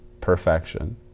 perfection